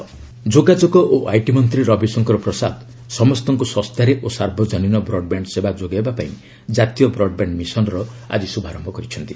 centre broadband mission ଯୋଗାଯୋଗ ଓ IT ମନ୍ତ୍ରୀ ରବିଶଙ୍କର ପ୍ରସାଦ ସମସ୍ତଙ୍କୁ ଶସ୍ତାରେ ଓ ସାର୍ବଜନୀନ ବ୍ରଡ୍ବ୍ୟାଣ୍ଡ ସେବା ଯୋଗାଇବା ପାଇଁ ଜାତୀୟ ବ୍ରଡ୍ବ୍ୟାଣ୍ଡ ମିଶନ୍ର ଆଜି ଶୁଭାରୟ କରିଛନ୍ତି